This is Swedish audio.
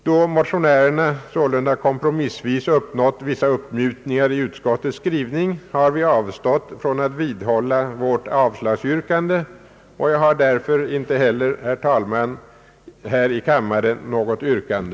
Då motionärerna sålunda kompromissvis uppnått vissa uppmjukningar i utskottets skrivning har vi avstått från att vidhålla vårt avslagsyrkande, och jag har därför inte heller, herr talman, här i kammaren något yrkande.